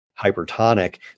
hypertonic